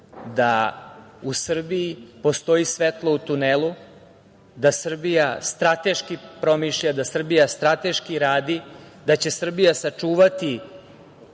da u Srbiji postoji svetlo u tunelu, da Srbija strateški promišlja, da Srbija strateški radi, da će Srbija sačuvati